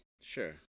Sure